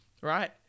Right